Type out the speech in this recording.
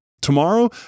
Tomorrow